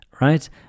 right